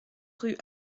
rue